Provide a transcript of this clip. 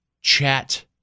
chat